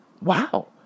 wow